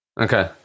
Okay